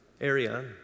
area